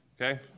Okay